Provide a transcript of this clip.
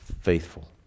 Faithful